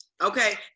Okay